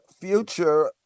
future